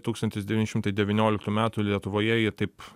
tūkstantis devyni šimtai devynioliktų metų lietuvoje ji taip